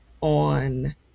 on